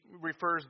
refers